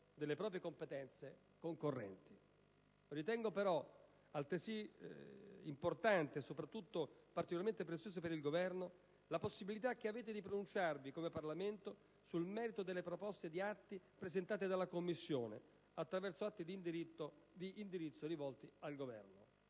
delle proprie competenze concorrenti. Ritengo, però, altresì importante, e soprattutto particolarmente preziosa per il Governo, la possibilità che avete, come Parlamento, di pronunciarvi sul merito delle proposte di atti presentati dalla Commissione, attraverso atti di indirizzo rivolti al Governo.